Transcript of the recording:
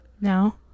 No